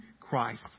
Christ